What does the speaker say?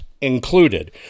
included